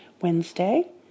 Wednesday